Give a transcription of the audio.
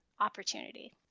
opportunity